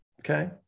Okay